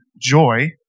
joy